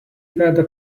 vedė